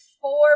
four